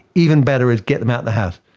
even better is get them out of the house.